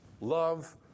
Love